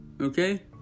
okay